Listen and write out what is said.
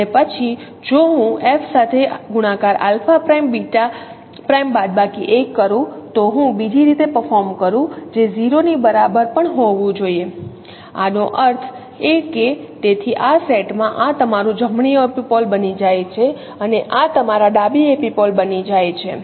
અને પછી જો હું એફ સાથે ગુણાકાર આલ્ફા પ્રાઇમ બીટા પ્રાઇમ બાદબાકી 1 કરું તો હું બીજી રીતે પરફોર્મ કરું જે 0 ની બરાબર પણ હોવું જોઈએ આનો અર્થ એ કે તેથી આ સેટમાં આ તમારું જમણો એપિપોલ બની જાય છે અને આ તમારા ડાબા એપિપોલ બની જાય છે